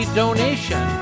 donation